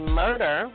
murder